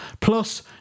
Plus